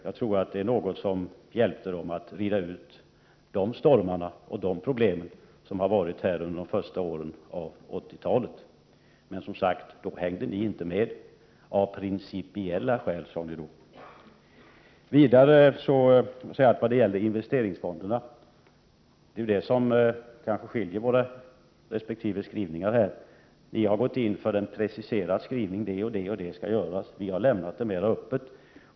Jag tror att stödet hjälpte den att rida ut de stormar och klara de problem som har funnits under första åren av 80-talet. Men, som sagt, då hängde ni inte med — av principiella skäl, som det hette. När det gäller investeringsfonderna är det som skiljer kanske att ni gått in för en mera preciserad skrivning och talat om vad som skall ingå. Vi har lämnat det mera öppet.